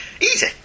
Easy